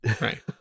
Right